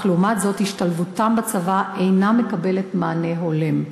אך לעומת זאת השתלבותם בצבא אינה מקבלת מענה הולם.